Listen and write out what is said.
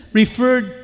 referred